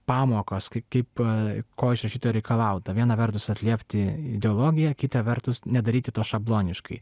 pamokos kai kaip ko iš rašytojo reikalauta viena vertus atliepti ideologiją kita vertus nedaryti to šabloniškai